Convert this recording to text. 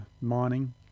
mining